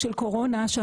אירוע הקורונה, כאשר